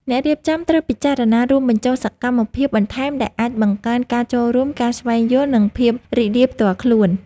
អ្នករៀបចំត្រូវពិចារណារួមបញ្ចូលសកម្មភាពបន្ថែមដែលអាចបង្កើនការចូលរួម, ការស្វែងយល់ និងភាពរីករាយផ្ទាល់ខ្លួន។